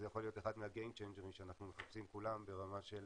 וזה יכול להיות אחד מה-game changer שאנחנו מחפשים כולם ברמה של